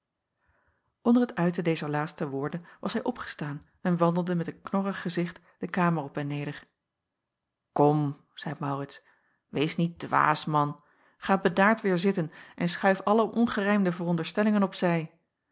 onder het uiten dezer laatste woorden was hij opgestaan en wandelde met een knorrig gezicht de kamer op en neder kom zeî maurits wees niet dwaas man ga bedaard weêr zitten en schuif alle ongerijmde veronderstellingen op